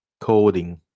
coding